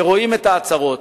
שרואים את העצרות,